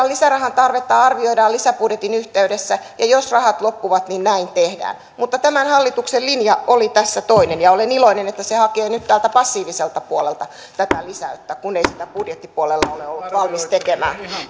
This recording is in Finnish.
lisärahan tarvetta arvioidaan lisäbudjetin yhteydessä ja jos rahat loppuvat niin näin tehdään mutta tämän hallituksen linja oli tässä toinen ja olen iloinen että se hakee nyt täältä passiiviselta puolelta tätä lisäystä kun ei sitä budjettipuolella ole ollut valmis tekemään